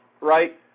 right